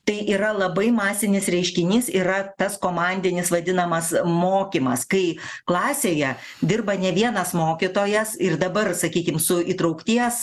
tai yra labai masinis reiškinys yra tas komandinis vadinamas mokymas kai klasėje dirba ne vienas mokytojas ir dabar sakykim su įtraukties